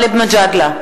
גאלב מג'אדלה,